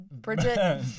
Bridget